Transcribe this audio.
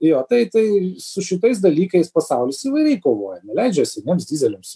jo tai tai su šitais dalykais pasaulis įvairiai kovoja neleidžia seniems dyzeliams